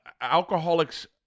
Alcoholics